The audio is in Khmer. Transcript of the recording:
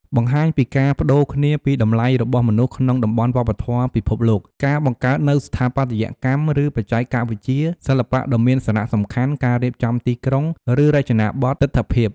បង្ហាញពីការប្តូរគ្នាពីតម្លៃរបស់មនុស្សក្នុងតំបន់វប្បធម៌ពិភពលោក ការបង្កើតនូវស្ថាបត្យកម្ម ឬបច្ចេកវិទ្យា សិល្បៈដ៏មានសារៈសំខាន់ ការរៀបចំទីក្រុង ឬរចនាប័ទ្មទិដ្ឋភាព។